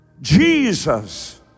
Jesus